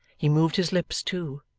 he moved his lips too,